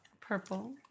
purple